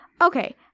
Okay